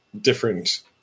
different